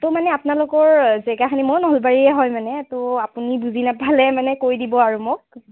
তো মানে আপোনালোকৰ জেগাখিনি মইও নলবাৰীৰ হয় মানে তো আপুনি বুজি নাপালে মানে কৈ দিব আৰু মোক